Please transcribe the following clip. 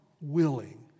willing